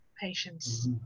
patients